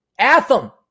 Atham